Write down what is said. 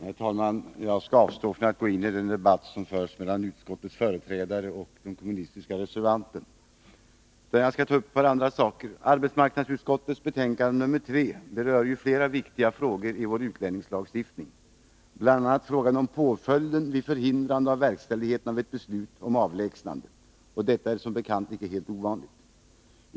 Herr talman! Jag skall avstå från att gå in i den debatt som förts mellan utskottets företrädare och den kommunistiske reservanten och ta upp ett par andra saker. Arbetsmarknadsutskottets betänkande nr 3 rör flera viktiga frågor i vår utlänningslagstiftning, bl.a. frågan om påföljden vid förhindrande av verkställigheten av ett beslut om avlägsnande; detta är som bekant icke helt ovanligt.